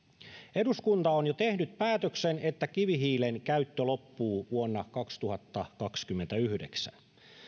eduskunta on jo tehnyt päätöksen että kivihiilen käyttö loppuu vuonna kaksituhattakaksikymmentäyhdeksän